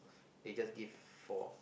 they just give four